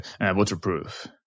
waterproof